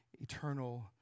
eternal